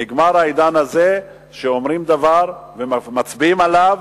נגמר העידן הזה שאומרים דבר, מצביעים עליו